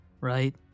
right